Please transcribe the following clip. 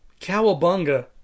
Cowabunga